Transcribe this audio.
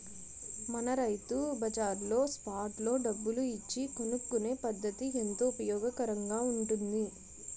మన రైతు బజార్లో స్పాట్ లో డబ్బులు ఇచ్చి కొనుక్కునే పద్దతి ఎంతో ఉపయోగకరంగా ఉంటుంది